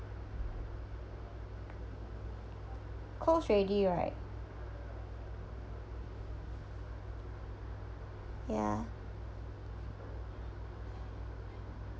closed already right ya